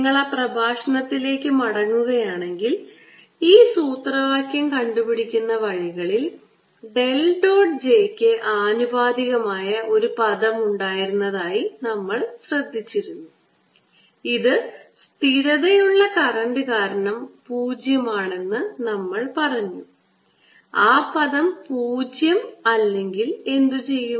നിങ്ങൾ ആ പ്രഭാഷണത്തിലേക്ക് മടങ്ങുകയാണെങ്കിൽ ഈ സൂത്രവാക്യം കണ്ടുപിടിക്കുന്ന വഴികളിൽ ഡെൽ ഡോട്ട് j ക്ക് ആനുപാതികമായ ഒരു പദം ഉണ്ടായിരുന്നതായി നമ്മൾ ശ്രദ്ധിച്ചു ഇത് സ്ഥിരതയുള്ള കറന്റ് കാരണം 0 ആണെന്ന് നമ്മൾ പറഞ്ഞു ആ പദം 0 ശരിയല്ലെങ്കിൽ എന്തുചെയ്യും